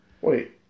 Wait